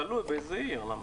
תלוי באיזה עיר.